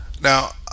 Now